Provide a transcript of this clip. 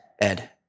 Ed